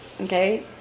Okay